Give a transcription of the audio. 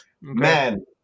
Man